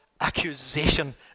accusation